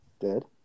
Dead